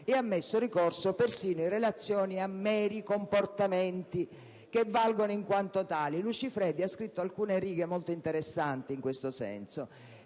è ammesso ricorso persino in relazione a meri comportamenti, che valgono in quanto tali. Il costituzionalista Lucifredi ha scritto alcune righe molto interessanti in questo senso,